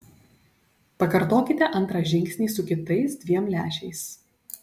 pakartokite antrą žingsnį su kitais dviem lęšiais